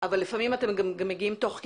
אבל לפעמים אתם גם מגיעים תוך כדי.